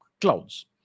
clouds